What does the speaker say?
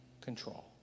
control